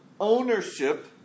ownership